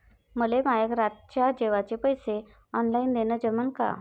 मले माये रातच्या जेवाचे पैसे ऑनलाईन देणं जमन का?